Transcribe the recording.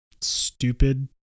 stupid